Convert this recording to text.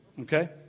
okay